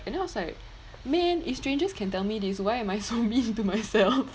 and then I was like man if strangers can tell me these why am I so mean to myself